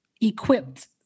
equipped